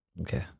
Okay